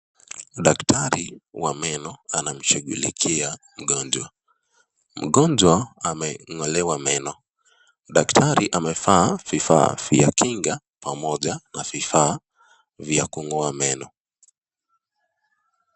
Daktari wa meno anamshungulikia mgonjwa. Mgonjwa ameng'olewa meno. Daktari amevaa vifaa vya kinga pamoja na vifaa vya kung'oa meno.